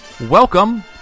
Welcome